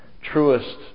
truest